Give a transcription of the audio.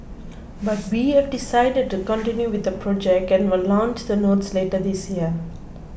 but we have decided to continue with the project and will launch the notes later this year